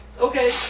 Okay